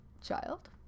child